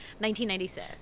1996